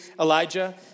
Elijah